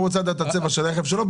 הוא רוצה לדעת את הצבע של הרכב שלו.